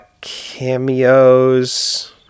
cameos